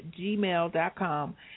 gmail.com